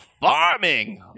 farming